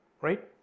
right